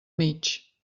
mig